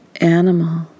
animal